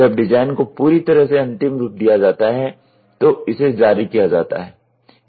जब डिजाइन को पूरी तरह से अंतिम रूप दिया जाता है तो इसे जारी किया जाता है